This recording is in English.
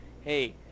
hey